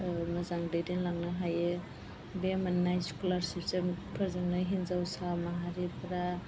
मोजां दैदेनलांनो हायो बे मोननाय स्क'लारशिपजों फोरजोंनो हिनजावसा माहारिफोरा